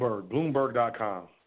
Bloomberg.com